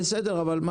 אבל בסדר מקלב,